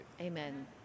Amen